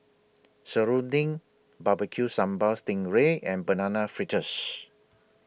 Serunding Barbecue Sambal Sting Ray and Banana Fritters